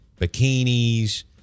bikinis